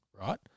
right